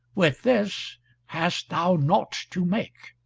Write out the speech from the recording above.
with this hast thou naught to make,